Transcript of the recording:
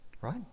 Right